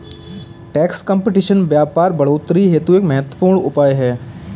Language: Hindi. टैक्स कंपटीशन व्यापार बढ़ोतरी हेतु एक महत्वपूर्ण उपाय है